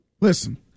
listen